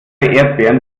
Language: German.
erdbeeren